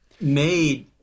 made